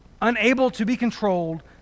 unable-to-be-controlled